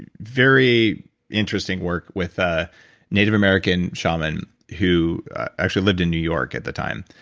very interesting work with a native american shaman who actually lived in new york at the time.